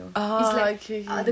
ah ookay okay